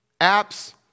apps